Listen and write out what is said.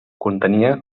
contenia